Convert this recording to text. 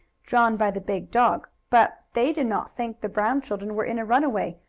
drawn by the big dog, but they did not think the brown children were in a runaway,